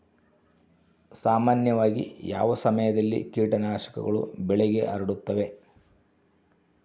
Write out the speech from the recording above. ಸಾಮಾನ್ಯವಾಗಿ ಯಾವ ಸಮಯದಲ್ಲಿ ಕೇಟನಾಶಕಗಳು ಬೆಳೆಗೆ ಹರಡುತ್ತವೆ?